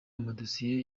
amadosiye